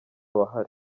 bahari